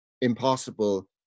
impossible